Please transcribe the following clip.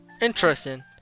interesting